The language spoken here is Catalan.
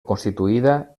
constituïda